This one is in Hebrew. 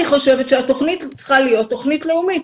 אני חושבת שהתוכנית צריכה להיות תוכנית לאומית.